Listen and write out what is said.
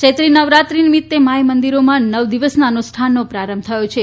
ચૈત્રી નવરાત્રી નિમિત્તે માઇ મંદિરોમાં નવ દિવસના અનુષ્ઠાનનો પ્રારંભ થયો છે